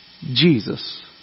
Jesus